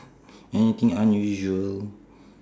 anything unusual